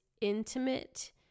intimate